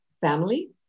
families